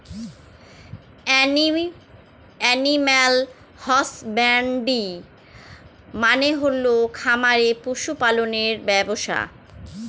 animal husbandry মানে হল খামারে পশু পালনের ব্যবসা